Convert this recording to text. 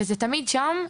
זה תמיד שם.